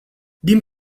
din